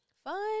Fun